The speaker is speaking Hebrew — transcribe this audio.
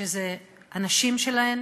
שזה הנשים שלהם